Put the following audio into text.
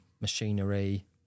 machinery